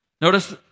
Notice